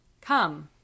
Come